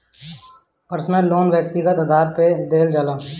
personal loan व्यक्तिगत आधार पे देहल जात हवे